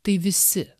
tai visi